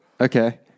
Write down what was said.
Okay